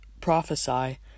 prophesy